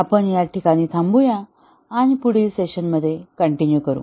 आपण या ठिकाणी थांबूया आणि पुढील सेशनमध्ये कंटिन्यू करू